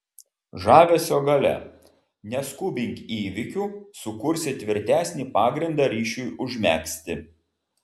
žavesio galia neskubink įvykių sukursi tvirtesnį pagrindą ryšiui užmegzti